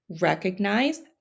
recognize